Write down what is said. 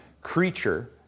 creature